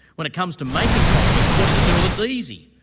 when it comes to making polymers, according to cyrille it's easy,